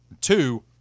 Two